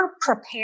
prepared